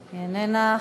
איננה.